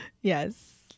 yes